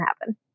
happen